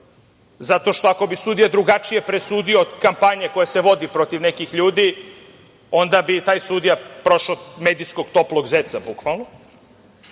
zato što ako bi sudija drugačije presudio kampanju koja se vodi protiv nekih ljudi, onda bi taj sudija prošao medijskog toplog zeca, bukvalno,